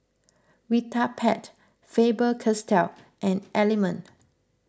Vitapet Faber Castell and Element